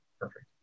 perfect